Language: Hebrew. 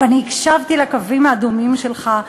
ואני הקשבתי לקווים האדומים שלך,